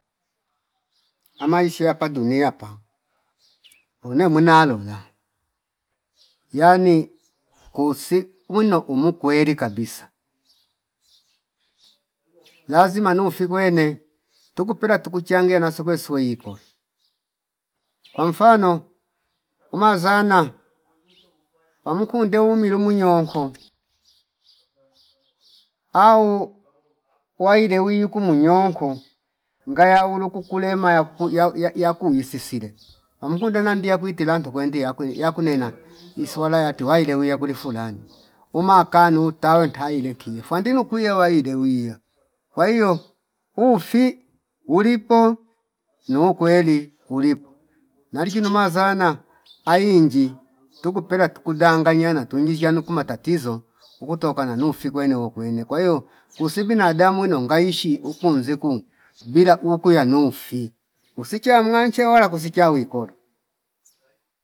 Amaisha apa dunia pa onne mwina lonya yani kusi wino umu kweli kabisa lazima nufi kwene tuku pela tukachange nasikwe sweikora kwa mfano umazana pamukunde umilu nyoonko au waile wi yukumu nyoonko ngaya uru kukule maya kuku ya- ya- ya- yakuisi sire amkunda nandia kwi teranto kwende yakwe yakwenena iswala yato waile wiya kuli fulanya umakanu tawe ntaile kiifu fwandinu kwiya waile wiya kwa hio ufi ulipo nuu kweli ulip nalikinu mazana ainji tukupela tuku danganyana tukingi zshanu nuku matatizo uku toka nanu fi kwene okwene kwa hio usi binadamu wino ngaishi ukunze kuunku bila kuuku yanufi usicha mwanche wala kusicha wikoli